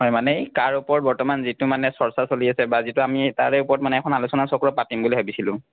হয় মানে এই কাৰ ওপৰত বৰ্তমান যিটো মানে চৰ্চা চলি আছে বা যিটো আমি তাৰে ওপৰত মানে এখন আলোচনা চক্ৰ পাতিম বুলি ভাবিছিলোঁ